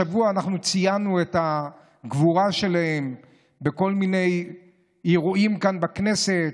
השבוע ציינו את הגבורה שלהם בכל מיני אירועים כאן בכנסת,